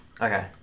Okay